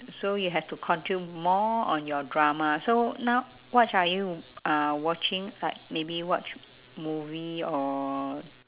so you have to continue more on your drama so now what are you uh watching like maybe watch movie or